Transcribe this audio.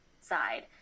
side